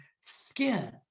skin